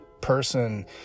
person